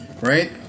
right